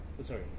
sorry